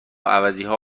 عوضیها